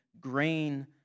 grain